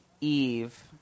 Eve